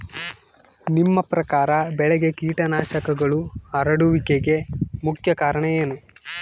ನಿಮ್ಮ ಪ್ರಕಾರ ಬೆಳೆಗೆ ಕೇಟನಾಶಕಗಳು ಹರಡುವಿಕೆಗೆ ಮುಖ್ಯ ಕಾರಣ ಏನು?